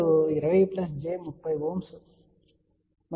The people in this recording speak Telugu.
కాబట్టి ZA 20 j 30 Ω మరియు Z0 50 Ω